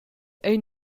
ein